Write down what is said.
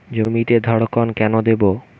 জমিতে ধড়কন কেন দেবো?